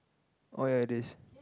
oh ya it is